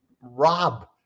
Rob